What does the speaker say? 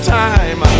time